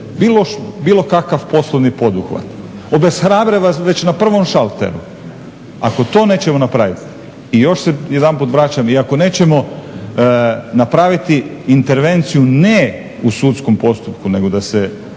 bilo kakav poslovni poduhvat, obeshrabre vas već na prvom šalteru. Ako to nećemo napravit, i još se jedanput vraćam, i ako nećemo napraviti intervenciju ne u sudskom postupku nego da se